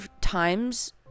times